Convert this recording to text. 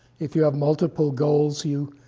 if you have multiple goals, you